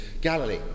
Galilee